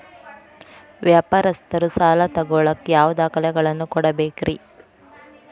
ವ್ಯಾಪಾರಸ್ಥರು ಸಾಲ ತಗೋಳಾಕ್ ಯಾವ ದಾಖಲೆಗಳನ್ನ ಕೊಡಬೇಕ್ರಿ?